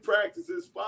practices